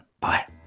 Bye